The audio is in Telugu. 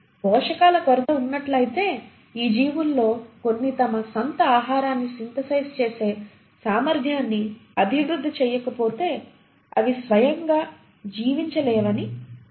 పోషకాల కొరత ఉన్నట్లయితే ఈ జీవుల్లో కొన్ని తమ సొంత ఆహారాన్ని సింథసైజ్ చేసే సామర్థ్యాన్ని అభివృద్ధి చేయకపోతే అవి స్వయంగా జీవించలేవని గ్రహించి ఉండాలి